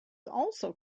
also